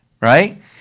Right